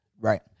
Right